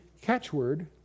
catchword